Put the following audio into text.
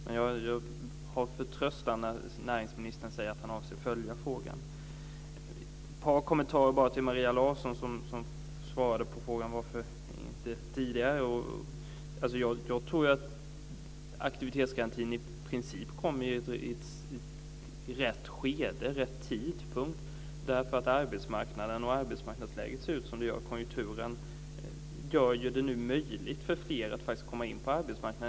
Jag har förtröstan när näringsministern säger att han avser att följa frågan. Jag har ett par kommentarer till Maria Larsson. Hon svarade på frågan varför det inte har införts tidigare. Jag tror att aktivitetsgarantin i princip kom i rätt skede och vid rätt tidpunkt eftersom arbetsmarknaden och arbetsmarknadsläget ser ut som de gör. Konjunkturen gör det nu möjligt för fler att komma in på arbetsmarknaden.